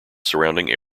surrounding